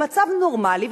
במצב נורמלי,